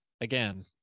again